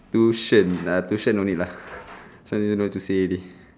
tuition ah tuition no need lah so no need to say already